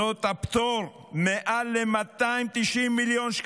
מעיין החינוך התורני לבד מקבל תוספת של 984 מיליון,